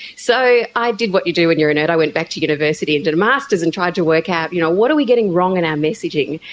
so i did what you do when you are a nerd, i went back to university and did a masters and tried to work out, you know, what are we getting wrong in our messaging.